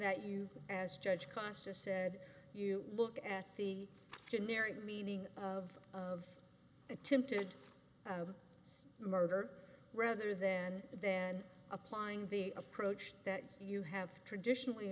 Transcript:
that you as judge costs just said you look at the generic meaning of of attempted murder rather than then applying the approach that you have traditionally